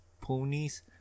ponies